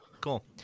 Cool